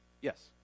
yes